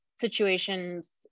situations